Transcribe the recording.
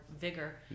vigor